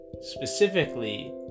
Specifically